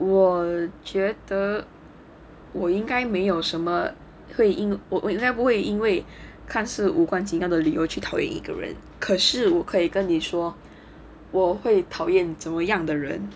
我觉得我应该没有什么会我我应该不会因为看似无关紧要的理由去讨厌一个人可是我可以跟你说我会讨厌怎么样的人